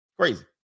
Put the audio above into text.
Crazy